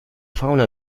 fauna